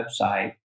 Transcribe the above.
website